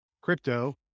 crypto